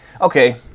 okay